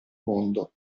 mondo